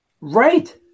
right